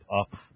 up